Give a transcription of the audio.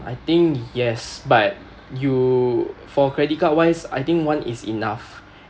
I think yes but you for credit card wise I think one is enough